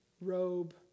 robe